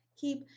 keep